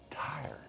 tired